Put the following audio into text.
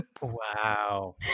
wow